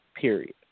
Period